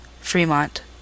Fremont